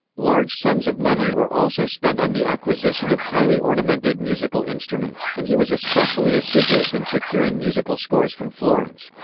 large sums of money were also spent on the acquisition of highly ornamented musical instruments, and he was especially assiduous in securing musical scores from florence.